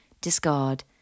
discard